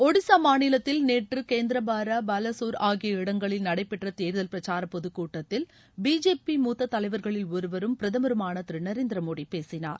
ஒடிசா மாநிலத்தில் நேற்று கேந்திரபாரா பலாசோர் ஆகிய இடங்களில் நடைபெற்ற தேர்தல் பிரச்சார பொதுக்கூட்டத்தில் பிஜேபி மூத்தத் தலைவா்களில் ஒருவரும் பிரதமருமான திரு நரேந்திர மோடி பேசினார்